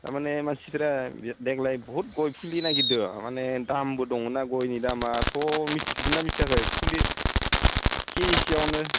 थारमाने मानसिफोरा देग्लाय बुहुद गयफुलि नागिरदो माने दाम दङ ना गयनि दामआखौ मिथिदोना मिथियाखै फुलि केजिसेयावनो